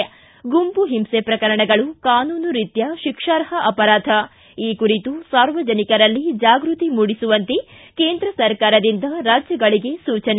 ಿ ಗುಂಪು ಹಿಂಸೆ ಪ್ರಕರಣಗಳು ಕಾನೂನು ರಿತ್ವಾ ಶಿಕ್ಷಾರ್ಹ ಅಪರಾಧ ಈ ಕುರಿತು ಸಾರ್ವಜನಿಕರಲ್ಲಿ ಜಾಗೃತಿ ಮೂಡಿಸುವಂತೆ ಕೇಂದ್ರ ಸರ್ಕಾರದಿಂದ ರಾಜ್ಯಗಳಿಗೆ ಸೂಚನೆ